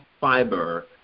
fiber